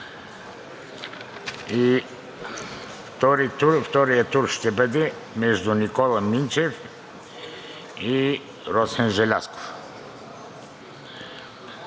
тур и той ще бъде между Никола Минчев и Росен Желязков.